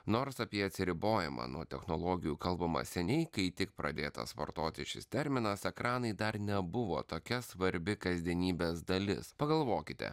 nors apie atsiribojimą nuo technologijų kalbama seniai kai tik pradėtas vartoti šis terminas ekranai dar nebuvo tokia svarbi kasdienybės dalis pagalvokite